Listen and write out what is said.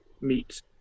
meet